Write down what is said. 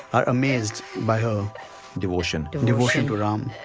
are amazed, by her devotion to devotion to ram.